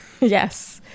Yes